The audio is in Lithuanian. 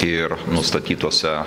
ir nustatytuose